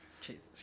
Jesus